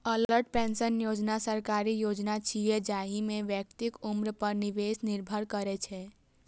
Atal pension Yojana सरकारी योजना छियै, जाहि मे व्यक्तिक उम्र पर निवेश निर्भर करै छै